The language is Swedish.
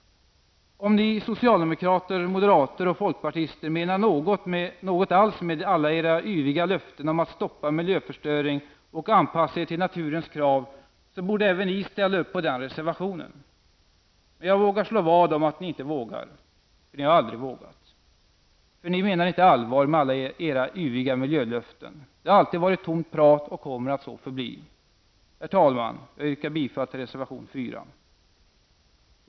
Om ni socialdemokrater, moderater och folkpartister menar något med alla era yviga löften om att stoppa miljöförstöring och anpassa er till naturens krav så borde även ni ställa upp på den reservationen. Men jag vågar slå vad om att ni inte vågar. För ni har aldrig vågat. För ni menar inte allvar med alla era yviga miljölöften. Det har alltid varit tomt prat och kommer att så förbli. Herr talman! Jag yrkar bifall till reservation 4.